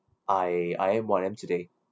I I am what I am today